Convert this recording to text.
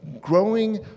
growing